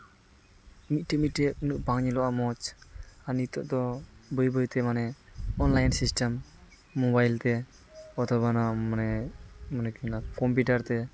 ᱢᱤᱫᱴᱮᱱ ᱢᱤᱫᱴᱮᱱ ᱩᱱᱟᱹᱜ ᱵᱟᱝ ᱧᱮᱞᱚᱜᱼᱟ ᱢᱚᱡᱽ ᱟᱨ ᱱᱤᱛᱳᱜ ᱱᱤᱛᱳᱜ ᱫᱚ ᱵᱟᱹᱭᱼᱵᱟᱹᱭᱛᱮ ᱢᱟᱱᱮ ᱚᱱᱞᱟᱭᱤᱱ ᱥᱤᱥᱴᱮᱢ ᱢᱳᱵᱟᱭᱤᱞ ᱛᱮ ᱦᱳᱭᱛᱳ ᱵᱟ ᱱᱚᱣᱟ ᱢᱟᱱᱮ ᱢᱟᱱᱮ ᱪᱮᱫ ᱤᱧ ᱞᱟᱹᱭᱟ ᱠᱚᱢᱯᱤᱭᱩᱴᱟᱨ ᱛᱮ